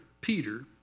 Peter